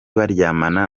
baryamana